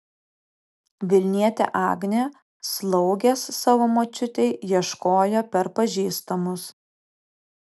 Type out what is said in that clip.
vilnietė agnė slaugės savo močiutei ieškojo per pažįstamus